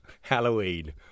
Halloween